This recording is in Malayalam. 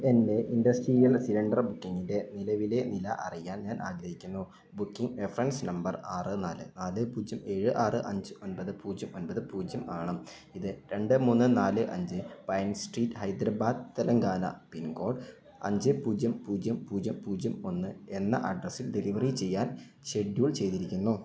എൻ്റെ ഇൻഡസ്ട്രിയൽ സിലിണ്ടർ ബുക്കിംഗിൻ്റെ നിലവിലെ നില അറിയാൻ ഞാൻ ആഗ്രഹിക്കുന്നു ബുക്കിംഗ് റഫറൻസ് നമ്പർ ആറ് നാല് നാല് പൂജ്യം ഏഴ് ആറ് അഞ്ച് ഒൻമ്പത് പൂജ്യം ഒൻമ്പത് പൂജ്യം ആണ് ഇത് രണ്ട് മൂന്ന് നാല് അഞ്ച് Pine Street Hyderabad Telangana pin code അഞ്ച് പൂജ്യം പൂജ്യം പൂജ്യം പൂജ്യം ഒന്ന് എന്ന അഡ്രസ്സിൽ ഡെലിവറി ചെയ്യാൻ ഷെഡ്യൂൾ ചെയ്തിരിക്കുന്നു